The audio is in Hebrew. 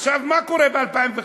עכשיו, מה קורה ב-2015?